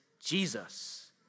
Jesus